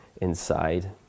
inside